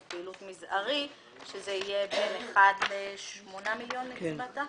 פעילות מזערי שזה יהיה בין אחד לשמונה מיליון שקלים.